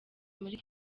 muri